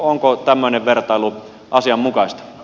onko tämmöinen vertailu asianmukaista